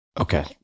Okay